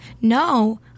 No